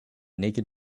naked